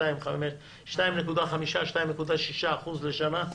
2.5%-2.6% לשנה.